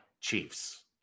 Chiefs